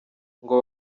ngo